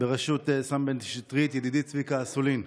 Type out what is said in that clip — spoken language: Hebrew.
בראשות סם בן שטרית, וידידי צביקה אסולין.